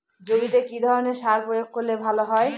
জমিতে কি ধরনের সার প্রয়োগ করলে ভালো হয়?